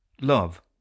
Love